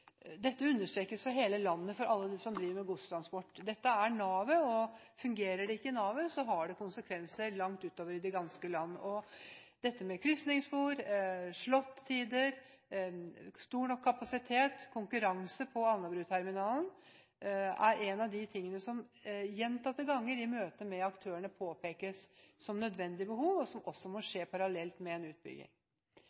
Dette understrekes fra dem som driver med godstransport i hele landet – dette er navet, og fungerer ikke navet, har det konsekvenser langt utover i det ganske land. Dette med krysningsspor, slot-tider, stor nok kapasitet og konkurranse på Alnabruterminalen er noe av det som gjentatte ganger i møte med aktørene påpekes som nødvendige behov, og som også må